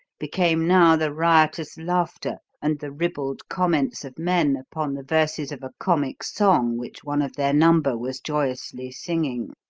became now the riotous laughter and the ribald comments of men upon the verses of a comic song which one of their number was joyously singing.